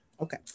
Okay